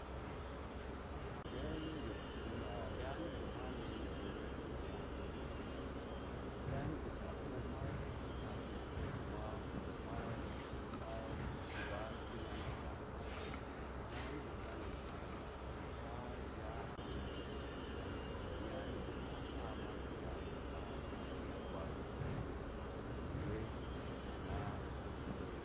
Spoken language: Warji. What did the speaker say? yani buma layi gwannati ca umau yani bu ci ummi ma kakkalhu gma khin ya bu ca umaa, amma yani buma layi ca umau ca zha hankiliʒi dighan yani bu ma p’a fa Kiya gwaghuma ghingin we wuna